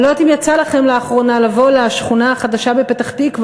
אני לא יודעת אם יצא לכם לאחרונה לבוא לשכונה החדשה בפתח-תקווה,